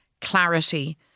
clarity